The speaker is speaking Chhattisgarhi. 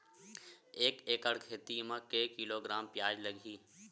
एक एकड़ खेती म के किलोग्राम प्याज लग ही?